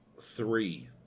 three